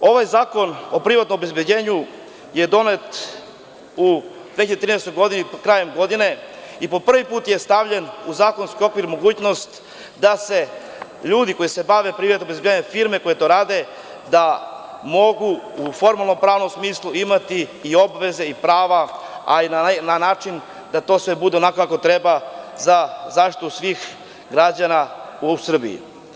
Ovaj zakon o privatnom obezbeđenju je donet u 2013. godini, krajem godine, i po prvi put je stavljena u zakonski okvir mogućnost da ljudi koji se bave privatnim obezbeđenjem firme koje to rade mogu u formalno-pravnom smislu imati i obaveze i prava, a i na način da to sve bude onako kako treba, za zaštitu svih građana u Srbiji.